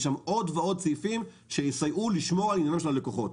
יש שם עוד סעיפים שיסייעו לשמור על עניינם של הלקוחות,